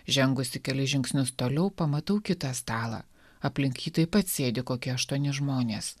žengusi kelis žingsnius toliau pamatau kitą stalą aplink jį taip pat sėdi kokie aštuoni žmonės